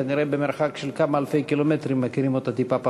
כנראה במרחק של כמה אלפי קילומטרים מכירים אותה טיפה פחות.